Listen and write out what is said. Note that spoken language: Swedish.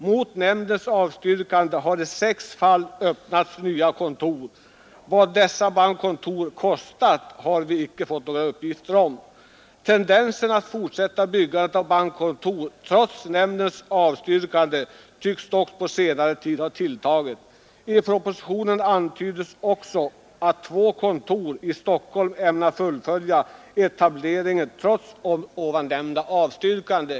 Mot nämndens avstyrkande har i 6 fall öppnats nya kontor. Vad dessa bankkontor kostat har vi icke fått några uppgifter om. Tendensen att fortsätta byggandet av bankkontor trots nämndens avstyrkande tycks dock på senare tid ha tilltagit. I propositionen antydes också att två banker i Stockholm ämnar fullföja etablering trots nämnda avstyrkande.